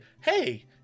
hey